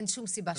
אין שום סיבה שלא.